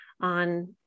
on